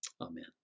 Amen